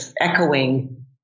echoing